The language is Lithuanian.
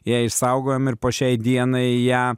ją išsaugojom ir po šiai dienai ją